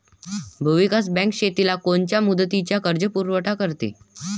भूविकास बँक शेतीला कोनच्या मुदतीचा कर्जपुरवठा करते?